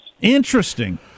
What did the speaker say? Interesting